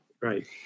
Right